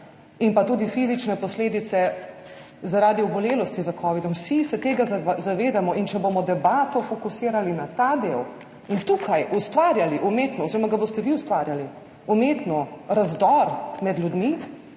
pa tudi fizične posledice zaradi obolelosti za covidom. Vsi se tega zavedamo in če bomo debato fokusirali na ta del in tukaj umetno ustvarjali, oziroma ga boste vi ustvarjali, razdor med ljudmi,